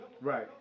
Right